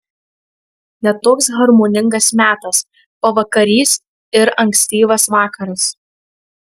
ne toks harmoningas metas pavakarys ir ankstyvas vakaras